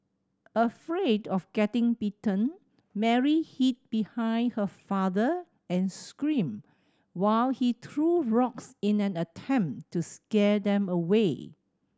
afraid of getting bitten Mary hid behind her father and screamed while he threw rocks in an attempt to scare them away